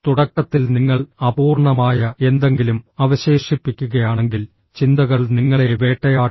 തുടക്കത്തിൽ നിങ്ങൾ അപൂർണ്ണമായ എന്തെങ്കിലും അവശേഷിപ്പിക്കുകയാണെങ്കിൽ ചിന്തകൾ നിങ്ങളെ വേട്ടയാടും